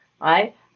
right